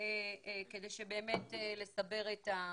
כדי לסבר את האוזן.